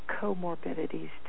comorbidities